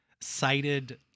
cited